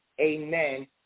amen